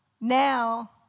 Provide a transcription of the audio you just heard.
now